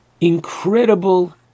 incredible